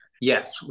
Yes